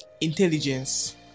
intelligence